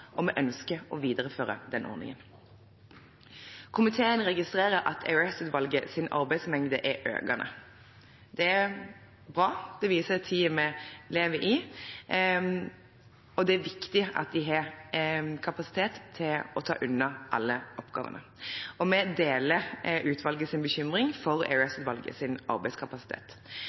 og vi ønsker å videreføre den ordningen. Komiteen registrerer at EOS-utvalgets arbeidsmengde er økende. Det er bra. Det sier noe om tiden vi lever i. Det er viktig at de har kapasitet til å ta unna alle oppgavene. Vi deler utvalgets bekymring for EOS-utvalgets arbeidskapasitet.